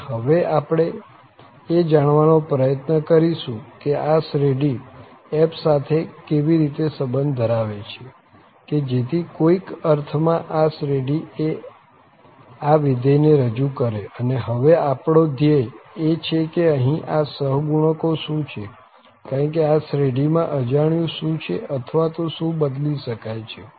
અને હવે આપણે એ જાણવાનો પ્રયત્ન કરીશું કે આ શ્રેઢી f સાથે કેવી રીતે સંબંધ ધરાવે છે કે જેથી કોઈક અર્થ માં આ શ્રેઢી એ આ વિધેય ને રજુ કરે અને હવે આપણો ધ્યેય એ છે કે અહીં આ સહગુણકો શું છે કારણ કે આ શ્રેઢીમાં અજાણ્યું શું છે અથવા તો શું બદલી શકાય છે